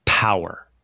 Power